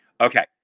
Okay